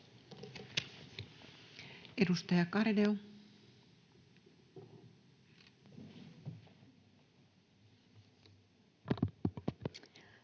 Edustaja Garedew.